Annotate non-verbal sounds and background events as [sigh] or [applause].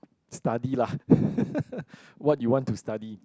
study lah [laughs] what you want to study